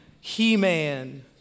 He-Man